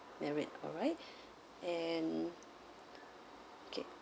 married alright and okay